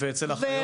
אוקיי, ואצל אחיות?